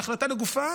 בהחלטה לגופה,